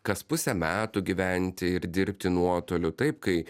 kas pusę metų gyventi ir dirbti nuotoliu taip kai